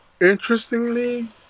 Interestingly